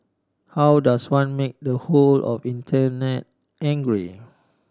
how does one make the whole of Internet angry